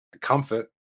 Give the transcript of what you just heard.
comfort